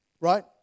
Right